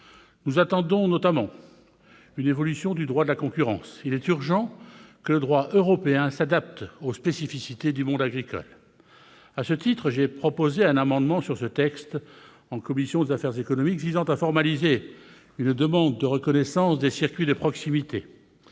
Nous attendons notamment une évolution du droit de la concurrence. Il est urgent que le droit européen s'adapte aux spécificités du monde agricole. À cet égard, j'ai présenté en commission des affaires économiques un amendement visant à formaliser une demande de reconnaissance des circuits de proximité.